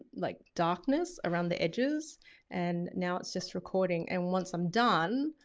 like darkness around the edges and now it's just recording. and once i'm done,